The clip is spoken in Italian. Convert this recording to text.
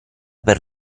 per